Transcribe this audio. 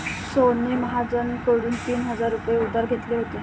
सोहनने महाजनकडून तीन हजार रुपये उधार घेतले होते